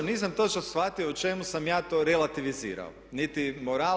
Nisam točno shvatio u čemu sam ja to relativizirao niti moral.